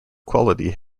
quality